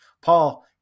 Paul